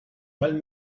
mal